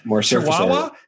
Chihuahua